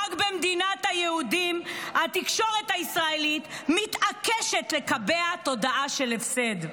רק במדינת היהודים התקשורת הישראלית מתעקשת לקבע תודעה של הפסד.